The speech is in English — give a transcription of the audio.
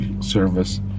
service